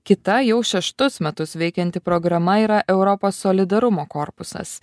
kita jau šeštus metus veikianti programa yra europos solidarumo korpusas